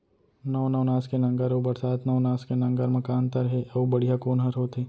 नौ नवनास के नांगर अऊ बरसात नवनास के नांगर मा का अन्तर हे अऊ बढ़िया कोन हर होथे?